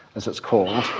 as it's called,